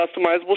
customizable